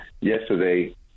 Yesterday